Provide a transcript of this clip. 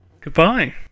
goodbye